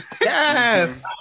Yes